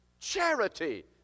charity